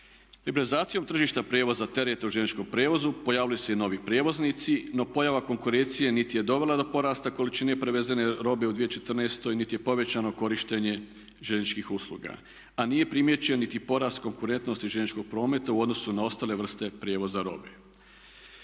Liberalizacijom tržišta prijevoza tereta u željezničkom prijevozu pojavili su se i novi prijevoznici, no pojava konkurencije niti je dovela do porasta količine prevezene robe u 2014. niti je povećano korištenje željezničkih usluga, a nije primijećen niti porast konkurentnosti željezničkog prometa u odnosu na ostale vrste prijevoza robe.